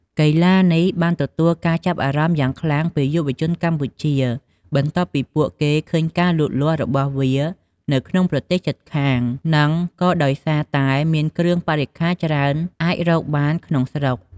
កីឡានេះបានទទួលការចាប់អារម្មណ៍យ៉ាងខ្លាំងពីយុវជនកម្ពុជា បន្ទាប់ពីពួកគេឃើញការលូតលាស់របស់វានៅក្នុងប្រទេសជិតខាង និងក៏ដោយសារតែមានគ្រឿងបរិក្ខារច្រើនអាចរកបានក្នុងស្រុក។